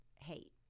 hate